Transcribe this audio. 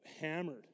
hammered